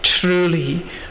truly